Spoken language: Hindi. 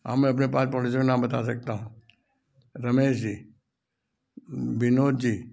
हाँ मैं अपने पाँच पड़ोसियों के नाम बता सकता हूँ रमेश जी विनोद जी